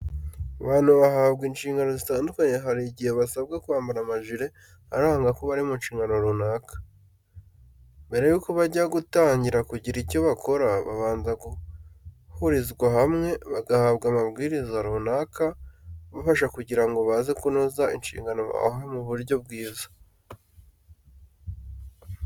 Abantu bahabwa inshingano zitandukanye hari igihe basabwa kwambara amajiri aranga ko bari mu nshingano runaka. Mbere y'uko bajya gutangira kugira icyo bakora babanza guhurizwa hamwe bagahabwa amabwiriza runaka abafasha kugirango baze kunoza inshingano bahawe mu buryo bwiza.